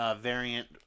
Variant